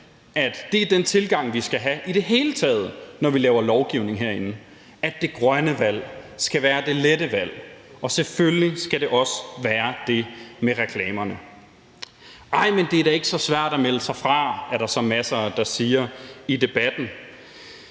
at det er den tilgang, vi skal have i det hele taget, når vi laver lovgivning herinde, altså at det grønne valg skal være det lette valg, og selvfølgelig skal det også være det med reklamerne. »Ej, men det er da ikke så svært at melde sig fra« er der så masser, der siger i debatten.